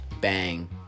Bang